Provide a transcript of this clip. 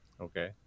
Okay